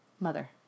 mother